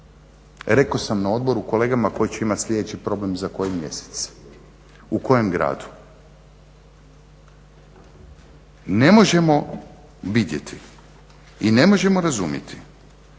Rekao sam na odboru kolegama koji će imat sljedeći problem za koji mjesec, u kojem gradu. Ne možemo vidjeti i ne možemo razumjeti